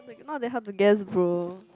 not that hard to guess bro